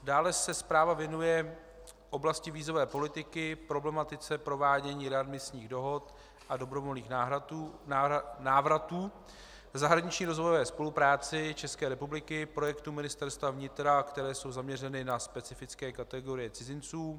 Dále se zpráva věnuje oblasti vízové politiky, problematice provádění readmisních dohod a dobrovolných návratů, zahraniční rozvojové spolupráci České republiky, projektů Ministerstva vnitra, které jsou zaměřeny na specifické kategorie cizinců.